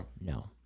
No